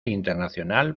internacional